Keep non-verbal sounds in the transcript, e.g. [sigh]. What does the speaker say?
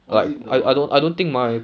or is it the [breath]